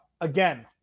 Again